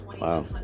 Wow